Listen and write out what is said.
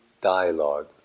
dialogue